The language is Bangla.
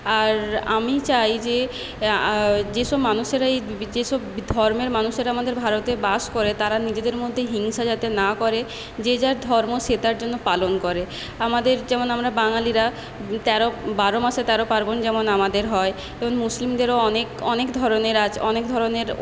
আর আমি চাই যে যেসব মানুষেরা এই যেসব ধর্মের মানুষেরা আমাদের ভারতে বাস করে তারা নিজেদের মধ্যে হিংসা যাতে না করে যে যার ধর্ম সে তার যেন পালন করে আমাদের যেমন আমরা বাঙালিরা তেরো বারো মাসে তেরো পার্বণ যেমন আমাদের হয় তেমন মুসলিমদেরও অনেক অনেক ধরনের আছে অনেক ধরনের